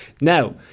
Now